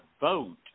vote